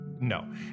No